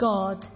God